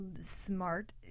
smart